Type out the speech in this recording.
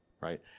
right